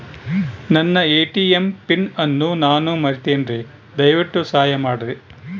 ನನ್ನ ATM pin ಅನ್ನು ನಾನು ಮರಿತಿನ್ರಿ, ದಯವಿಟ್ಟು ಸಹಾಯ ಮಾಡ್ರಿ